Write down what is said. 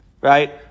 right